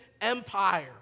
Empire